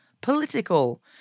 political